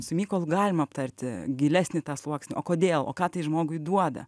su mykolu galima aptarti gilesnį tą sluoksnį o kodėl o ką tai žmogui duoda